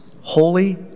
holy